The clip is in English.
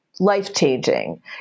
life-changing